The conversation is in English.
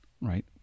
right